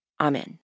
Amen